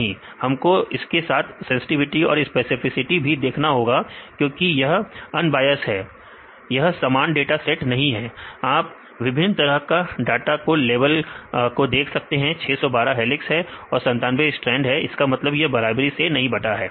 नहीं हमको इसके साथ सेंसटिविटी और स्पेसिफिसिटी भी देखना होगा क्योंकि यह अनबायस है यह यह समान डाटा सेट नहीं है आप विभिन्न तरह के डाटा के लेवल को देख सकते हैं 612 हेलिक्स है और 97 स्ट्रैंड है इसका मतलब कि यह बराबरी से नहीं बटा है